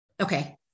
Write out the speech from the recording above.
Okay